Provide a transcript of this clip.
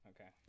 Okay